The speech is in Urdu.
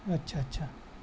اچھا اچھا